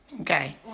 Okay